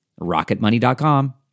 rocketmoney.com